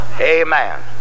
Amen